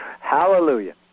Hallelujah